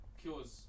cures